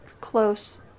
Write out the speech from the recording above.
close